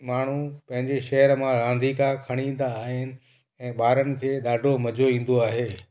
माण्हू पंहिंजे शहर मां रांदीका खणी ईंदा आहिनि ऐं ॿारनि खे ॾाढो मज़ो ईंदो आहे